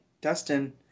Dustin